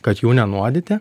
kad jų nenuodyti